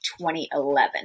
2011